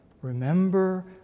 Remember